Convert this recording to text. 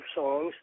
songs